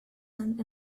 and